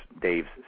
Dave's